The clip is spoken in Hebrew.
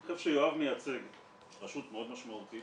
אני חושב שיואב מייצג רשות מאוד משמעותית,